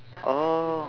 oh